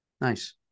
Nice